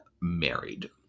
married